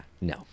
No